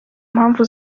mpamvu